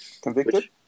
Convicted